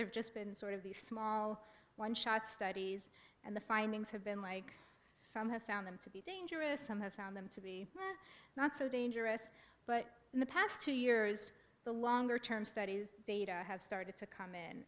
they've just been sort of the small one shot studies and the findings have been like some have found them to be dangerous some have found them to be not so dangerous but in the past two years the longer term studies have started to come in